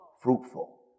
fruitful